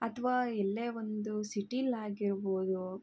ಅಥವಾ ಎಲ್ಲೇ ಒಂದು ಸಿಟಿಲ್ಲಾಗಿರ್ಬೋದು